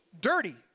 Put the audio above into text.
dirty